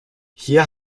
hier